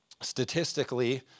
Statistically